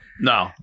No